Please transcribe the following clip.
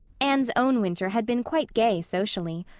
anne's own winter had been quite gay socially.